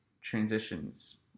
transitions